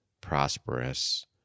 prosperous